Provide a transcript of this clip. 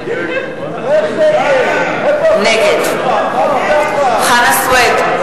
נגד חנא סוייד,